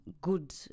good